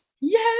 Yes